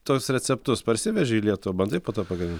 tuos receptus parsiveži į lietuvą bandai po to pagamin